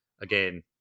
again